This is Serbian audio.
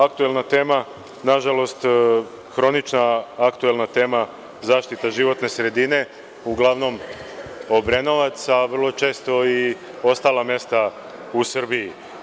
Aktuelna tema, nažalost hronična aktuelna tema zaštita životne sredine uglavnom Obrenovca, a vrlo često i ostalih mesta u Srbiji.